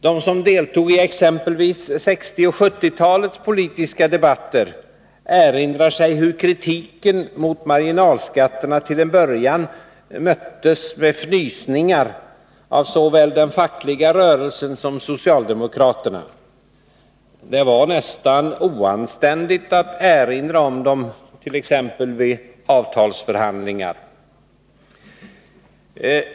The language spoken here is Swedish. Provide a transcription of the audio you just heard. De som deltog i exempelvis 1960 och 1970-talens politiska debatter erinrar sig hur kritiken mot marginalskatterna till en början möttes med fnysningar av såväl den fackliga rörelsen som socialdemokraterna. Det var nästan oanständigt att erinra om dem t.ex. vid avtalsförhandlingar.